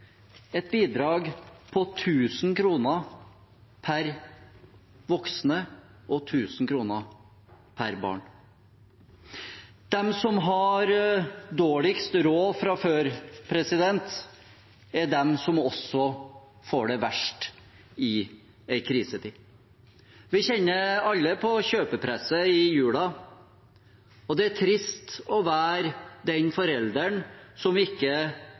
et bidrag på 1 000 kr per voksen og 1 000 kr per barn. De som har dårligst råd fra før, er også de som får det verst i en krisetid. Vi kjenner alle på kjøpepresset i julen. Det er trist å være den forelderen som ikke